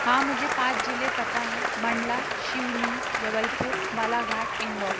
हाँ मुझे पाँच जिले पता हैं मंडला सिवनी जबलपुर बालाघाट इंदौर